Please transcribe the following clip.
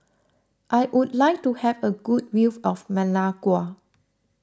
I would like to have a good view of Managua